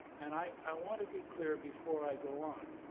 and i i want to be clear before i go on.